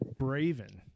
Braven